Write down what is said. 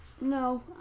No